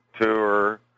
tour